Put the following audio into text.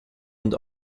und